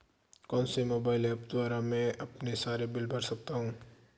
कौनसे mobile apps के द्वारा मैं अपने सारे बिल भर सकता हूं?